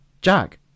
Jack